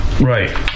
Right